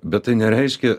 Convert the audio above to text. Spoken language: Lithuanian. bet tai nereiškia